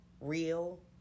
real